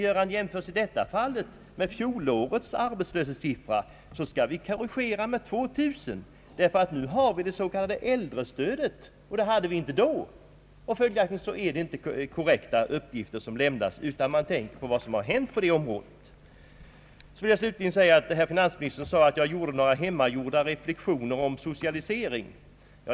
Vid en jämförelse med fjolårets arbetslöshetssiffra skall det ske en korrigering med 2 000, ty nu har vi det s.k. äldrestödet, och det hade vi inte då. Följaktligen är detta inte korrekta uppgifter som lämnas, utan man skall tänka på vad som hänt på området. Herr finansministern sade att jag gjorde några hemmagjorda reflexioner om socialisering.